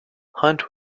hunt